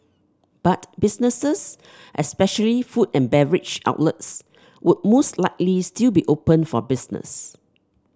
but businesses especially food and beverage outlets would most likely still be open for business